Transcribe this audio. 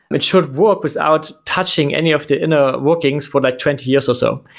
it should work without touching any of the inner workings for like twenty years or so.